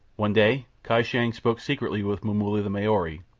one day kai shang spoke secretly with momulla the maori,